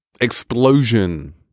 explosion